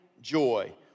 joy